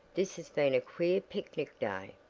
this has been a queer picnic day.